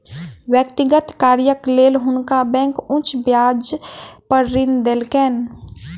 व्यक्तिगत कार्यक लेल हुनका बैंक उच्च ब्याज पर ऋण देलकैन